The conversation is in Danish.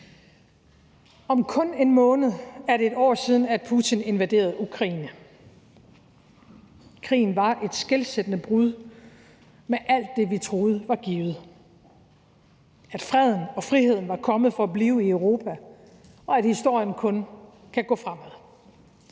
Om kun en måned er det et år siden, at Putin invaderede Ukraine. Krigen var et skelsættende brud med alt det, vi troede var givet: at freden og friheden var kommet for at blive i Europa, og at historien kun kan gå fremad.